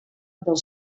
del